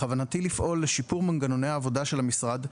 בכוונתי לפעול לשיפור מנגנוני העבודה של המשרד,